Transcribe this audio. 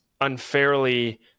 unfairly